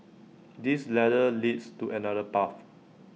this ladder leads to another path